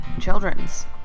children's